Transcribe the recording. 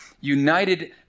united